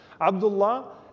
Abdullah